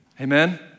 Amen